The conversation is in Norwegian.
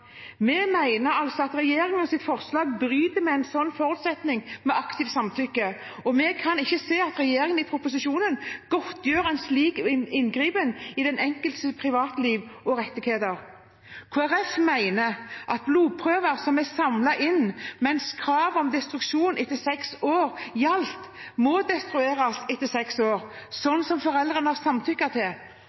Vi mener altså at regjeringens forslag bryter med en sånn forutsetning om aktivt samtykke, og vi kan ikke se at regjeringen i proposisjonen godtgjør en slik inngripen i den enkeltes privatliv og rettigheter. Kristelig Folkeparti mener at blodprøver som er samlet inn mens kravet om destruksjon etter seks år gjaldt, må destrueres etter seks år, sånn som foreldrene har samtykket til.